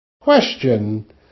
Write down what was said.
Question